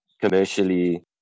commercially